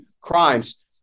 crimes